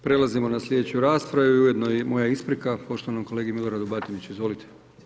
Prelazimo na sljedeću raspravu i ujedno i moja isprika, poštovanom kolegi Miloradu Batiniću, izvolite.